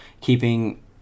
keeping